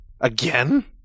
Again